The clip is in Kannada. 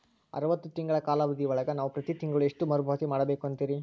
ಅರವತ್ತು ತಿಂಗಳ ಕಾಲಾವಧಿ ಒಳಗ ನಾವು ಪ್ರತಿ ತಿಂಗಳು ಎಷ್ಟು ಮರುಪಾವತಿ ಮಾಡಬೇಕು ಅಂತೇರಿ?